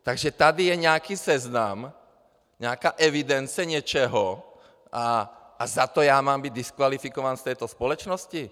Takže tady je nějaký seznam, nějaká evidence něčeho a za to já mám být diskvalifikován z této společnosti?